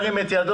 מי נגד?